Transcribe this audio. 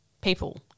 people